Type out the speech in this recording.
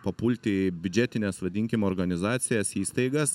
papulti į biudžetines vadinkim organizacijas įstaigas